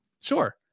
Sure